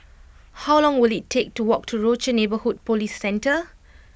how long will it take to walk to Rochor Neighborhood Police Centre